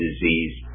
disease